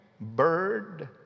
bird